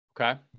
Okay